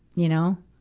you know.